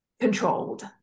controlled